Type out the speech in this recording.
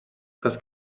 etwas